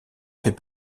fait